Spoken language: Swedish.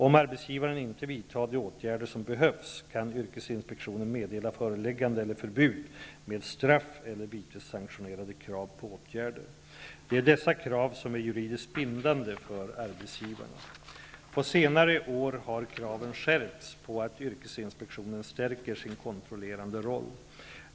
Om arbetsgivaren inte vidtar de åtgärder som behövs kan yrkesinspektionen meddela föreläggande eller förbud med straff eller vitessanktionerade krav på åtgärder. Det är dessa krav som är juridiskt bindande för arbetsgivarna. På senare år har kraven skärpts på att yrkesinspektionen stärker sin kontrollerande roll.